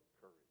courage